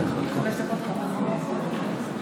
כי הונחה היום על שולחן הכנסת,